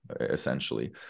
essentially